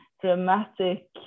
dramatic